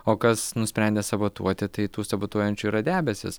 o kas nusprendė sabotuoti tai tų sabotuojančių yra debesys